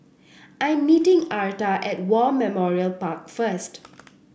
I am meeting Arta at War Memorial Park first